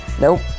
Nope